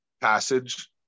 passage